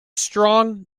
strong